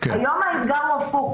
היום האתגר הוא הפוך,